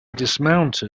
dismounted